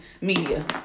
media